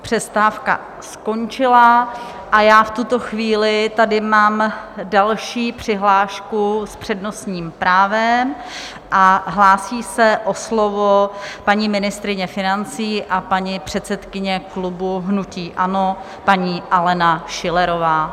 Přestávka skončila a já v tuto chvíli tady mám další přihlášku s přednostním právem hlásí se o slovo paní ministryně financí a paní předsedkyně klubu hnutí ANO paní Alena Schillerová.